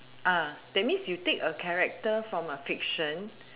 uh that means you take a character from a fiction